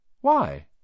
Why